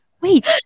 wait